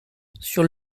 sur